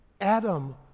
Adam